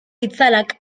itzalak